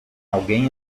alguém